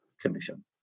Commission